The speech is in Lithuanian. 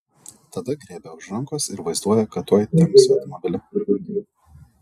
tada griebia už rankos ir vaizduoja kad tuoj temps į automobilį